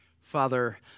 Father